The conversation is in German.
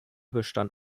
bestand